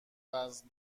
وزن